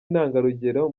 intangarugero